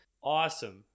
awesome